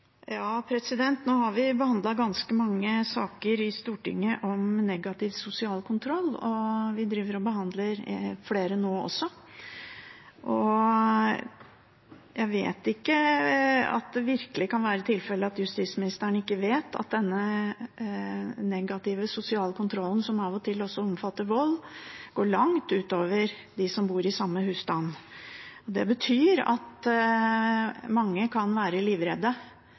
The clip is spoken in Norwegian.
har behandlet ganske mange saker i Stortinget om negativ sosial kontroll. Vi behandler flere nå også. Kan det virkelig være tilfelle at justisministeren ikke vet at den negative sosiale kontrollen, som av og til også omfatter vold, går langt utover dem som bor i samme husstand? Det betyr at mange kan være livredde